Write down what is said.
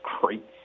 great